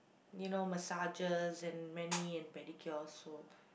you know massages and mani and pedicure so